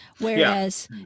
whereas